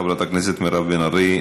חברת הכנסת מירב בן ארי,